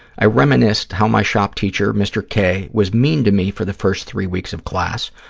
i reminisced how my shop teacher, mr. k, was mean to me for the first three weeks of class,